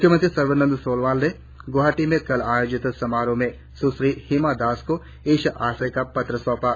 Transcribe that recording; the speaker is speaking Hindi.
मुख्यमंत्री सर्बानंद सोनोवाल ने गुवाहाटी में कल आयोजित समारोह में सुश्री हिमा दास को इस आशय का पत्र सौंपा